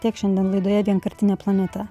tiek šiandien laidoje vienkartinė planeta